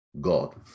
God